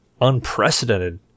unprecedented